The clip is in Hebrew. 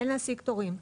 אין להשיג תורים.